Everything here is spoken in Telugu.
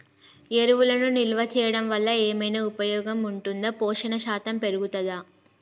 ఎరువులను నిల్వ చేయడం వల్ల ఏమైనా ఉపయోగం ఉంటుందా పోషణ శాతం పెరుగుతదా?